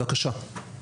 בבקשה.